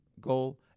goal